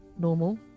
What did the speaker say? normal